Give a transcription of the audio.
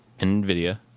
NVIDIA